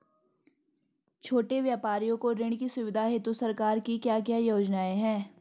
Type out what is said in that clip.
छोटे व्यापारियों को ऋण की सुविधा हेतु सरकार की क्या क्या योजनाएँ हैं?